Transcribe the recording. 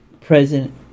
present